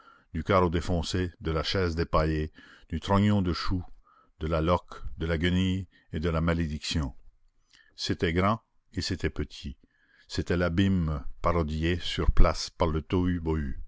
du carreau défoncé de la chaise dépaillée du trognon de chou de la loque de la guenille et de la malédiction c'était grand et c'était petit c'était l'abîme parodié sur place par le